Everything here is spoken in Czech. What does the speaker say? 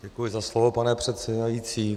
Děkuji za slovo, pane předsedající.